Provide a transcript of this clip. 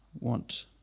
want